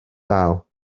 dal